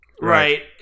Right